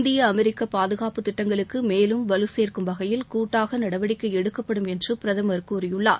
இந்திய அமெரிக்க பாதுகாப்பு திட்டங்களுக்கு மேலும் வலு சேங்கும் வகையில் கூட்டாக நடவடிக்கை எடுக்கப்படும் என்று பிரதமர் கூறியுள்ளார்